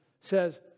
says